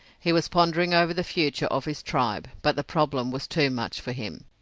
he was pondering over the future of his tribe, but the problem was too much for him.